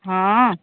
ହଁ